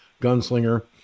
Gunslinger